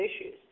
issues